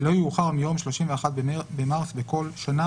לא יאוחר מיום 31 במרס בכל שנה,